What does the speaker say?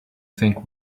think